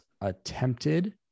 attempted